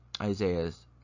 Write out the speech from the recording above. Isaiah's